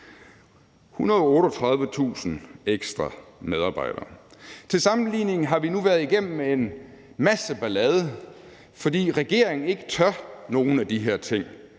138.000 ekstra medarbejdere! Til sammenligning har vi nu været igennem en masse ballade, fordi regeringen ikke tør nogen af de her ting,